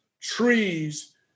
trees